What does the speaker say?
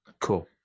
Cool